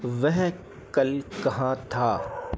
वह कल कहाँ था